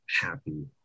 happy